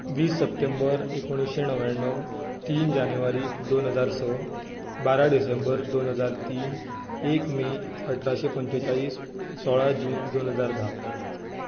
वीस सप्टेंबर एकुणशें णव्याणव तीन जानेवरी दोन हजार स बारा डिसेंबर दोन हजार तीन एक मे अठराशें पंचेचाळीस सोळा जून दोन हजार धा